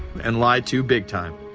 and lied to big time.